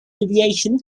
deviation